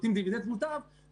בוקר טוב.